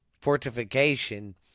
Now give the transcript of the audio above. fortification